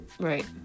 Right